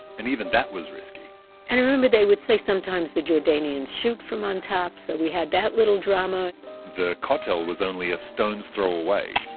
and even that was risky and i remember they would say sometimes the jordanians shoot from on top, so we had that little drama the kotel was only a stone's throw away,